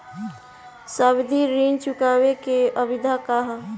सावधि ऋण चुकावे के अवधि का ह?